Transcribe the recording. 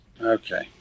Okay